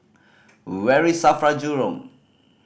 very SAFRA Jurong